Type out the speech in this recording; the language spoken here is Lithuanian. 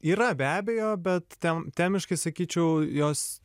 yra be abejo bet ten temiškai sakyčiau jos